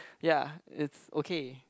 ya it's okay